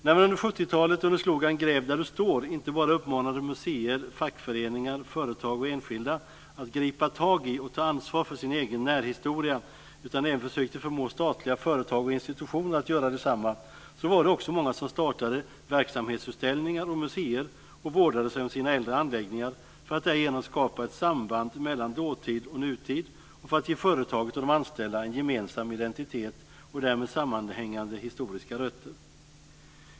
När man under 70-talet under slogan "Gräv där Du står" inte bara uppmanade museer, fackföreningar, företag och enskilda att gripa tag i och ta ansvar för sin egen närhistoria utan även försökte förmå statliga företag och institutioner att göra detsamma, var det också många som startade verksamhetsutställningar och museer och vårdade sig om sina äldre anläggningar för att därigenom skapa ett samband mellan dåtid och nutid och för att ge företaget och de anställda en gemensam identitet och därmed sammanhängande historiska rötter.